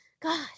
God